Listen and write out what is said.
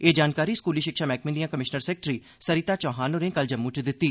एह् जानकारी स्कूली शिक्षा मैह्कमे दिआं कमिशनर सैक्रेटरी सरिता चौहान होरें कल जम्मू च दित्ती